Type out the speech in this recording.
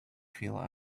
feel